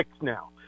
now